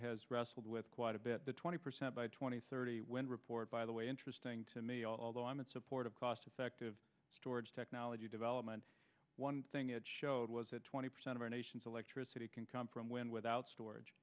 has wrestled with quite a bit the twenty percent by two thousand and thirty when report by the way interesting to me although i'm in support of cost effective storage technology development one thing it showed was that twenty percent of our nation's electricity can come from when without storage